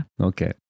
Okay